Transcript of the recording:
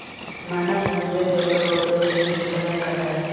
मानव भूमिगत जल का उपयोग दैनिक जीवन में करता है